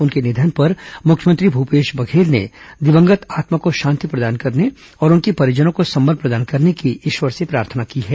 उनके निधन पर मुख्यमंत्री भूपेश बधेल ने दिवंगत आत्मा को शांति प्रदान करने और उनके परिजनों को संबल प्रदान करने की ईश्वर से प्रार्थना की है